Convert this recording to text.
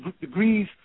degrees